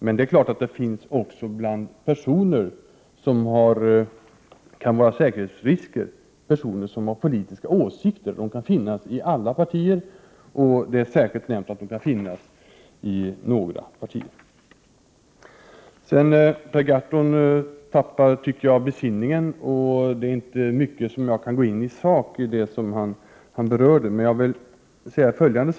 Men det är klart att det också bland personer som kan betraktas som en säkerhetsrisk finns de som har politiska åsikter. Sådana personer kan finnas inom alla partier — några nämns särskilt. Per Gahrton tappar, tycker jag, besinningen. Det finns inte mycket som jag i sak kan gå in på. Jag vill dock säga följande.